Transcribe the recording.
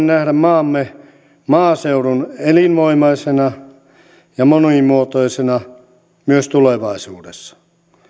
nähdä maamme maaseudun elinvoimaisena ja monimuotoisena myös tulevaisuudessa